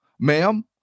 Ma'am